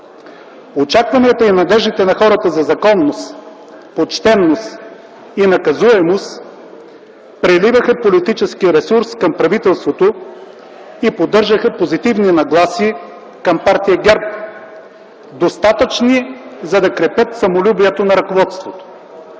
Очакванията и надеждите на хората за законност, почтеност и наказуемост преливаха политическия ресурс към правителството и поддържаха позитивни нагласи към партия ГЕРБ достатъчни, за да крепят самолюбието на ръководството.